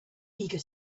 eager